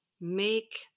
make